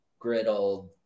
griddled